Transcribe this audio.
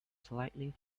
slightly